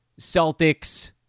Celtics